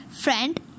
friend